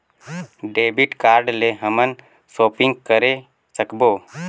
Debit card ले हमन shopping करे सकबो?